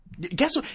Guess